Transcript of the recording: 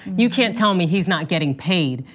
you can't tell me he's not getting paid.